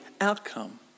outcome